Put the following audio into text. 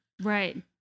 right